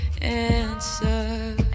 answer